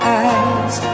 eyes